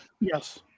Yes